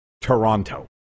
Toronto